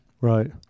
Right